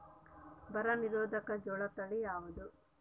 ಬರ ನಿರೋಧಕ ಜೋಳ ತಳಿ ಯಾವುದು?